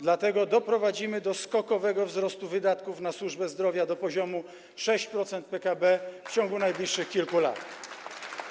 Dlatego doprowadzimy do skokowego wzrostu wydatków na służbę zdrowia do poziomu 6% PKB w ciągu najbliższych kilku lat.